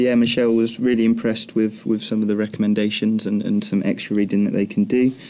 yeah michelle was really impressed with with some of the recommendations and and some extra reading that they can do.